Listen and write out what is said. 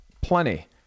plenty